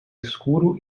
escuro